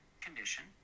condition